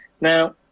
Now